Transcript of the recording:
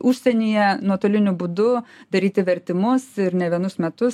užsienyje nuotoliniu būdu daryti vertimus ir ne vienus metus